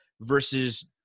versus